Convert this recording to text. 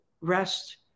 rest